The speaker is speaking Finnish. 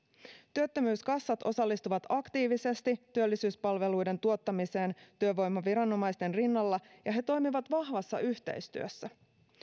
työttömyyskassat osallistuvat aktiivisesti työllisyyspalveluiden tuottamiseen työvoimaviranomaisten rinnalla ja ne toimivat vahvassa yhteistyössä